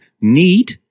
need